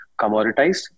commoditized